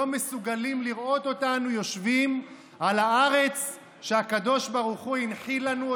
לא מסוגלים לראות אותנו יושבים על הארץ שהקדוש ברוך הוא הנחיל לנו,